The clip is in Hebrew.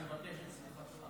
אני מבקש את סליחתך.